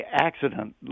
accident